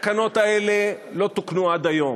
התקנות האלה לא תוקנו עד היום.